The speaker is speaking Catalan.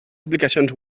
aplicacions